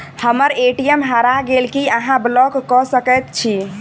हम्मर ए.टी.एम हरा गेल की अहाँ ब्लॉक कऽ सकैत छी?